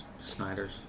Snyders